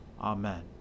Amen